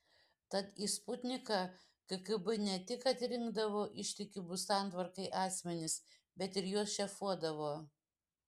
tad į sputniką kgb ne tik atrinkdavo ištikimus santvarkai asmenis bet ir juos šefuodavo